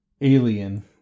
alien